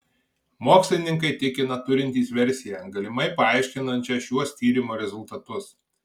mokslininkai tikina turintys versiją galimai paaiškinančią šiuos tyrimo rezultatus